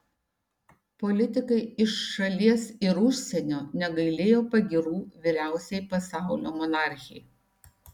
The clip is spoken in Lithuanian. politikai iš šalies ir užsienio negailėjo pagyrų vyriausiai pasaulio monarchei